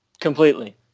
completely